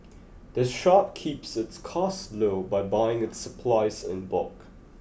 the shop keeps its costs low by buying its supplies in bulk